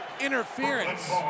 interference